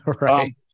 Right